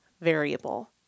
variable